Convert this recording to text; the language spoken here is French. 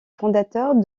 fondateurs